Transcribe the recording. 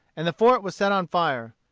and the fort was set on fire.